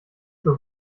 für